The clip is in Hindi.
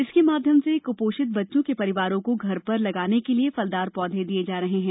इसके माध्यम से कुपोषित बच्चों के परिवारों को घर पर लगाने के लिए फलदार पौधे दिए जा रहे है